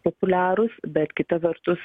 populiarūs bet kita vertus